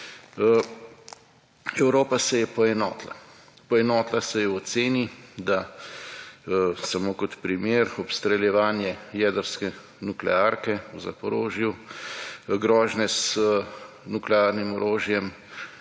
Evropa se je poenotila. Poenotila se je v oceni da, samo kot primer obstreljevanje jedrske nuklearke v Zaporožju, grožnje z nuklearnim orožjem,